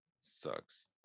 Sucks